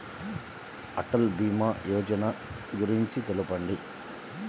అటల్ భీమా యోజన గురించి తెలుపండి?